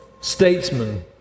Statesman